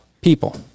people